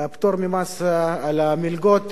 פטור ממס על המלגות.